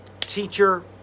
teacher